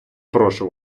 прошу